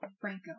Franco